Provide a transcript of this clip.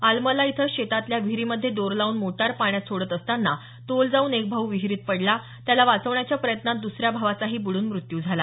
आलमला इथं शेतातल्या विहिरीमध्ये दोर लावून मोटार पाण्यात सोडत असताना तोल जाऊन एक भाऊ विहिरीत पडला त्याला वाचवण्याच्या प्रयत्नात द्सऱ्या भावाचाही बुडून मृत्यू झाला